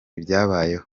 byabayeho